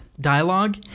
dialogue